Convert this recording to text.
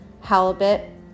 halibut